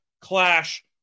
clash